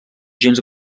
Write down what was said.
gens